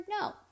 No